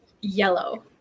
yellow